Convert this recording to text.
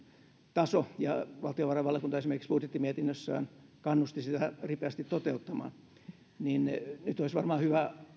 taso ja valtiovarainvaliokunta esimerkiksi budjettimietinnössään kannusti sitä ripeästi toteuttamaan nyt olisi varmaan hyvä